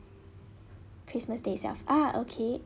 christmas day itself ah okay